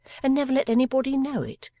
and never let anybody know it,